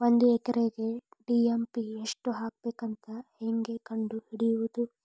ಒಂದು ಎಕರೆಗೆ ಡಿ.ಎ.ಪಿ ಎಷ್ಟು ಹಾಕಬೇಕಂತ ಹೆಂಗೆ ಕಂಡು ಹಿಡಿಯುವುದು?